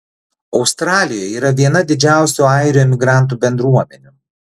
australijoje yra viena didžiausių airių imigrantų bendruomenių